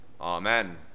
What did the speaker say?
Amen